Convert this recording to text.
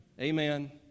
amen